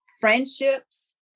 friendships